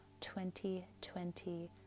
2020